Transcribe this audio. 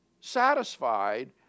satisfied